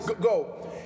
go